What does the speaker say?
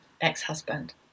ex-husband